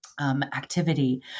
activity